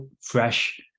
fresh